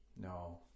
No